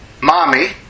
Mommy